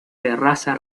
terraza